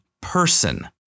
person